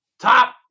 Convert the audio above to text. Top